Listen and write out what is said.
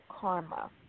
karma